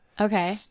Okay